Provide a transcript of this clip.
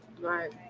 Right